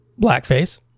blackface